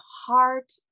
heart